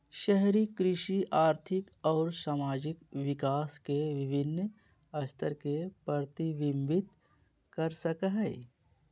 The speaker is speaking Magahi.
शहरी कृषि आर्थिक अउर सामाजिक विकास के विविन्न स्तर के प्रतिविंबित कर सक हई